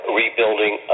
rebuilding